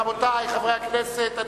רבותי חברי הכנסת,